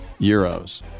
euros